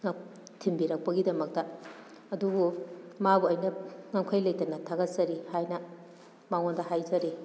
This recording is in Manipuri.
ꯊꯤꯟꯕꯤꯔꯛꯄꯒꯤꯗꯃꯛꯇ ꯑꯗꯨꯕꯨ ꯃꯥꯕꯨ ꯑꯩꯅ ꯉꯝꯈꯩ ꯂꯩꯇꯅ ꯊꯥꯒꯠꯆꯔꯤ ꯍꯥꯏꯅ ꯃꯉꯣꯟꯗ ꯍꯥꯏꯖꯔꯤ